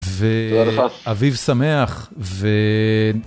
תודה לך. אביב שמח.